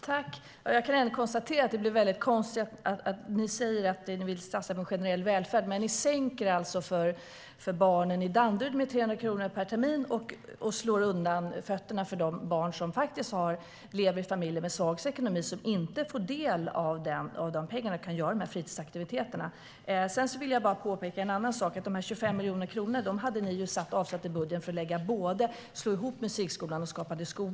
Herr talman! Jag kan konstatera att det blir konstigt när ni säger att ni vill satsa på en generell välfärd, Ida Karkiainen, men sänker avgiften för barnen i Danderyd med 300 kronor per termin. Ni slår undan fötterna för de barn som lever i familjer med svag ekonomi genom att de inte får del av de pengarna och kan delta i fritidsaktiviteterna. Låt mig påpeka att ni hade avsatt de 25 miljonerna i budgeten till att slå ihop musikskolan och Skapande skola.